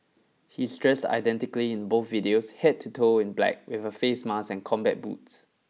he's dressed identically in both videos head to toe in black with a face mask and combat boots